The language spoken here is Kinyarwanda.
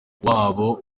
wabo